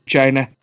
China